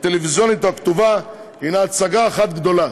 הטלוויזיונית או הכתובה הנה הצגה אחת גדולה.